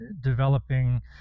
developing